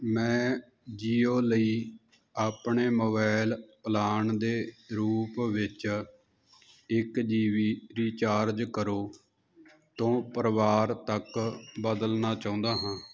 ਮੈਂ ਜੀਓ ਲਈ ਆਪਣੇ ਮੋਬਾਈਲ ਪਲਾਨ ਦੇ ਰੂਪ ਵਿੱਚ ਇੱਕ ਜੀ ਬੀ ਰੀਚਾਰਜ ਕਰੋ ਤੋਂ ਪਰਿਵਾਰ ਤੱਕ ਬਦਲਣਾ ਚਾਹੁੰਦਾ ਹਾਂ